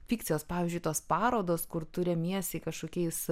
fikcijos pavyzdžiui tos parodos kur tu remiesi kažkokiais